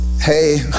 Hey